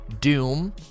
Doom